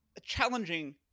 challenging